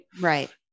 Right